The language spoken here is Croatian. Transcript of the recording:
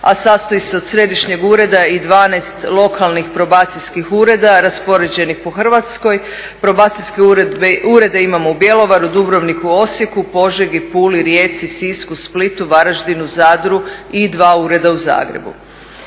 a sastoji se od središnjeg ureda i 12 lokalnih probacijskih ureda raspoređenih po Hrvatskoj. Probacijske urede imamo u Bjelovaru, Dubrovniku, Osijeku, Požegi, Puli, Rijeci, Sisku, Splitu, Varaždinu, Zadru i dva ureda u Zagrebu.